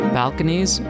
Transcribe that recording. balconies